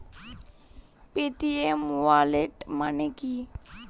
Paytm wallet মানে কি?